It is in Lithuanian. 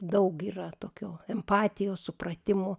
daug yra tokio empatijos supratimo